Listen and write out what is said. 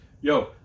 Yo